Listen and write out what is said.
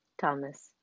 Thomas